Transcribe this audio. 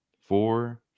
four